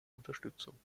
unterstützung